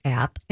app